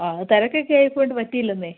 ആവു തിരക്കൊക്കെ ആയി പോയത് കൊണ്ട് പറ്റിയില്ലെന്നെ